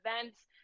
events